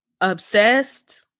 Obsessed